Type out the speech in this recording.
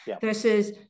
versus